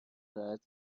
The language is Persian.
راحت